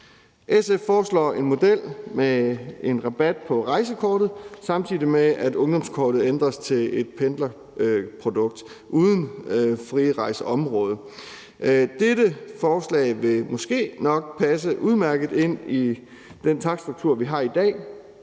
SF foreslår en model med en rabat på rejsekortet, samtidig med at ungdomskortet ændres til et pendlerprodukt uden frirejseområde. Dette forslag vil måske nok passe udmærket ind i den takststruktur, vi har i dag,